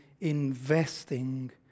investing